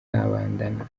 kabandana